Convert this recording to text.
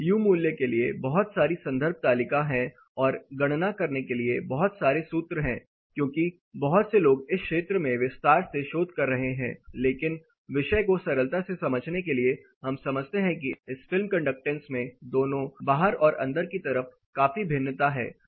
U मूल्य के लिए बहुत सारी संदर्भ तालिका है और गणना करने के लिए बहुत सारे सूत्र हैं क्योंकि बहुत से लोग इस क्षेत्र में विस्तार से शोध कर रहे हैं लेकिन विषय को सरलता से समझने के लिए हम समझते हैं कि इस फिल्म कंडक्टेंस में दोनों बाहर और अंदर की तरफ काफी भिन्नता है